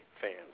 fans